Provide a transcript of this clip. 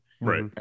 Right